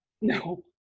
No